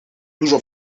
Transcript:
dużo